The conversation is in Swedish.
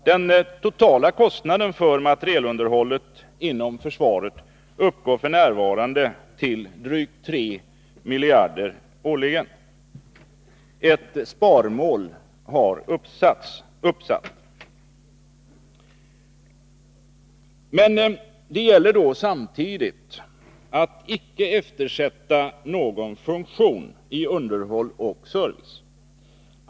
Den totala kostnaden för materielunderhållet inom försvaret uppgår f. n. till drygt 3 miljarder årligen, och ett sparmål har uppsatts. Men det gäller samtidigt att icke eftersätta någon funktion i underhåll och service.